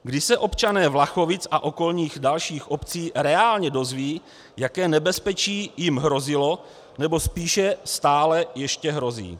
Kdy se občané Vlachovic a okolních dalších obcí reálně dozvědí, jaké nebezpečí jim hrozilo, nebo spíše stále ještě hrozí?